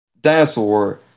dinosaur